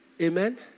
Amen